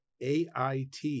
AIT